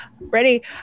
ready